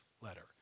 letter